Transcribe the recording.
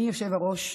תודה רבה.